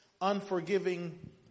unforgiving